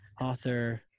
author